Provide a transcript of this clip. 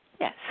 Yes